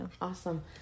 awesome